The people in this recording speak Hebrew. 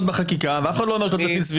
בחקיקה ואף אחד לא אומר --- סבירות,